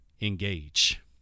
engage